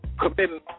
committing